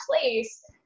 place